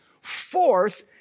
Fourth